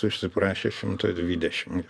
užsiprašė šimto dvidešim